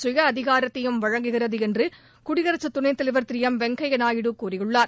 சுய அதிகாரத்தையும் வழங்குகிறது என்று குடியரசு துணைத்தலைவர் திரு வெங்கையா நாயுடு கூறியுள்ளார்